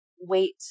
wait